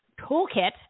Toolkit